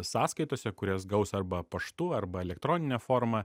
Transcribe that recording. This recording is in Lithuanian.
sąskaitose kurias gaus arba paštu arba elektronine forma